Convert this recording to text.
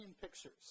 pictures